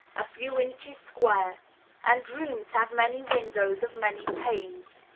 a few inches square and rooms have many windows of many panes.